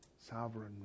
sovereign